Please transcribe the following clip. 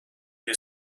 you